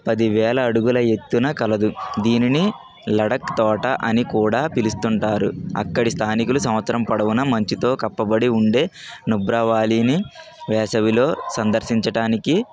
పదివేల అడుగుల ఎత్తున కలదు దీనిని లడక్ తోట అని కూడా పిలుస్తుంటారు అక్కడి స్థానికులు సంవత్సరం పొడవున మంచుతో కప్పబడి ఉండే నుబ్రా వాలీని వేసవిలో సందర్శించటానికి